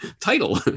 title